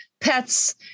pets